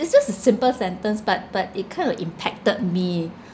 it's just a simple sentence but but it kind of impacted me